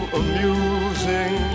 amusing